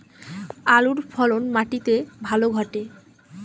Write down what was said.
আলুর ফলন মাটি তে ভালো ঘটে?